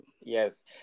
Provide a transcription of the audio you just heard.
Yes